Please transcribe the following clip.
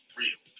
real